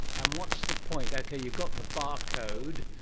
and what's the point? okay, you've got the barcode.